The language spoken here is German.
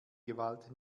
gewalt